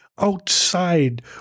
outside